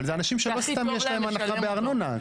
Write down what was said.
זה אנשים שלא סתם יש להם הנחה בארנונה.